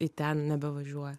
į ten nebevažiuoja